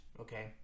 okay